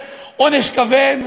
ועונש כמה שיותר כבד,